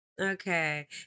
Okay